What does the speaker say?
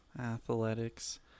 Athletics